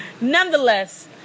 Nonetheless